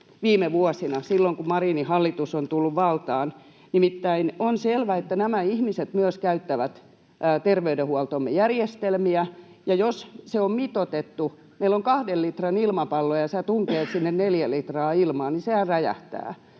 viime vuosina, silloin kun Marinin hallitus on tullut valtaan. On nimittäin selvä, että nämä ihmiset myös käyttävät terveydenhuoltomme järjestelmiä. Ja jos se on mitoitettu... Jos meillä on kahden litran ilmapallo ja tunget sinne neljä litraa ilmaa, niin sehän räjähtää.